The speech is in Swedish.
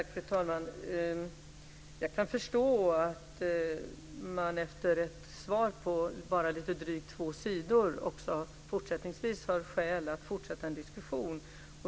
Fru talman! Jag kan förstå att man efter ett svar på bara lite drygt två sidor också fortsättningsvis har skäl att fortsätta en diskussion.